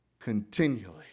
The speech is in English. continually